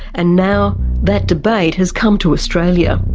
and now that debate has come to australia.